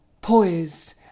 poised